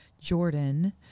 Jordan